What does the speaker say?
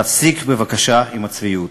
תפסיק בבקשה עם הצביעות,